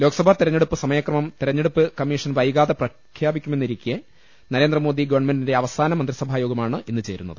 ലോക്സഭാ തെരഞ്ഞെടുപ്പ് സമയക്രമം തെരഞ്ഞെടുപ്പ് കമ്മീഷൻ പ്രഖ്യാ പിക്കു മെ ന്നി രിക്കെ വൈകാതെ നരേന്ദ്രമോദി ഗവൺമെന്റിന്റെ അവസാന മന്ത്രിസഭായോഗ മാണ് ഇന്ന് ചേരുന്നത്